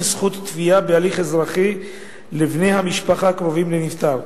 זכות תביעה בהליך אזרחי לבני המשפחה הקרובים לנפטר.